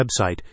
website